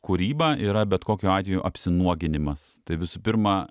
kūryba yra bet kokiu atveju apsinuoginimas tai visų pirma